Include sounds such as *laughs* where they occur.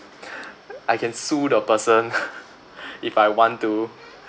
*breath* I can sue the person *laughs* if I want to